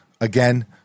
again